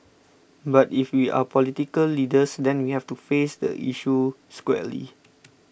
but if we are political leaders then we have to face the issue squarely